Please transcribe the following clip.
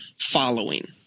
following